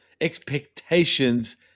expectations